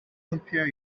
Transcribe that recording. compare